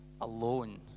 alone